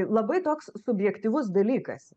labai toks subjektyvus dalykas